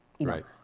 Right